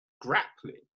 grappling